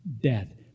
death